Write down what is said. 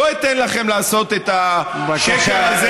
לא אתן לכם לעשות את השקר הזה,